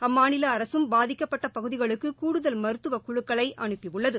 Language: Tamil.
அம்மாநில அரசும் பாதிக்கப்பட்ட பகுதிகளுக்கு கூடுதல் மருத்துவ குழுக்களை அனுப்பியுள்ளது